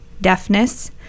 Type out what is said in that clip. deafness